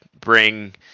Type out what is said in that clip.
bring